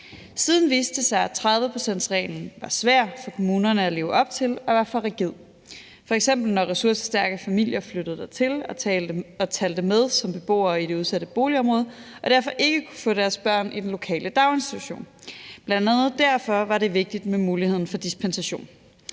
Siden viste det sig, at 30-procentsreglen var svær for kommunerne at leve op til og var for rigid, f.eks. når ressourcestærke familier flyttede dertil og talte med som beboere i det udsatte boligområde og derfor ikke kunne få deres børn i den lokale daginstitution. Bl.a. derfor var det vigtigt med muligheden for dispensation.